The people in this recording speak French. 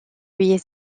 lui